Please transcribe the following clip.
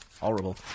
Horrible